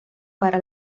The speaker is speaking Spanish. para